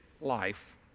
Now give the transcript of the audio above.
life